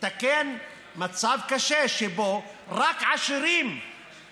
יתקן מצב קשה שבו רק עשירים, אז